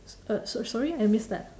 uh so~ sorry I missed that